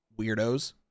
weirdos